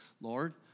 Lord